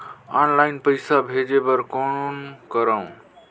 Online पईसा भेजे बर कौन करव?